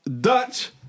Dutch